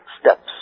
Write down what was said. steps